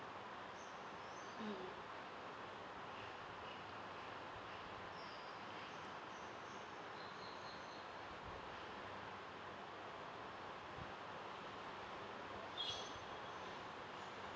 mm